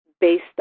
based